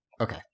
Okay